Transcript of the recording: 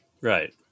right